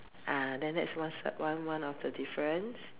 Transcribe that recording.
ah then that's one one of the difference